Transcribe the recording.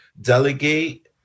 delegate